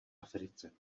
africe